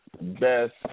best